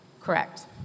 Correct